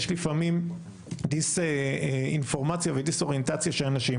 יש לפעמים דיסאינפורמציה ודיסאוריינטציה של אנשים.